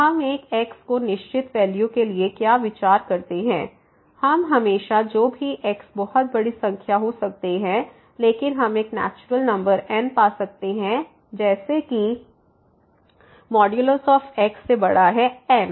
तो हम एक x के निश्चित वैल्यू के लिए क्या विचार करते हैं हम हमेशा जो भी x बहुत बड़ी संख्या हो सकते हैं लेकिन हम एक नेचुरल नंबर n पा सकते हैं जैसे कि x से बड़ा है n